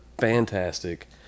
fantastic